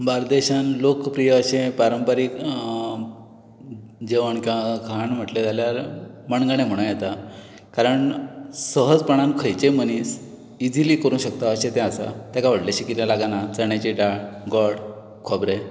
बार्देसान लोकप्रिय अशें पारंपारीक जेवण खाण म्हटलें जाल्यार मणगणें म्हुणो येता कारण सहजपणान खंयचे मनीस इजिली करूं शकता अशें तें आसा तेका व्हडलेंशें कितें लागना चण्याची दाळ गोड खोबरें